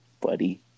buddy